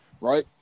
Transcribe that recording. right